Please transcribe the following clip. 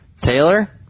Taylor